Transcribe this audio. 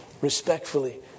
respectfully